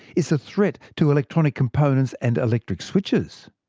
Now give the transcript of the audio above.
it's a threat to electronic components and electric switches.